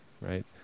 right